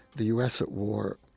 the u s. at war,